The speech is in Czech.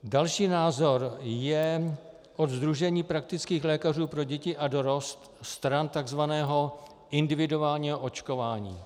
Další názor je od Sdružení praktických lékařů pro děti a dorost stran tzv. individuálního očkování.